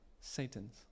Satan's